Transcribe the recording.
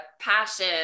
passion